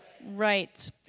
Right